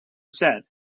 said